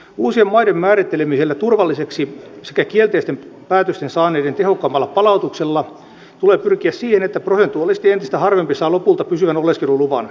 uusien maiden määrittelemisellä turvallisiksi sekä kielteisen päätöksen saaneiden tehokkaammalla palautuksella tulee pyrkiä siihen että prosentuaalisesti entistä harvempi saa lopulta pysyvän oleskeluluvan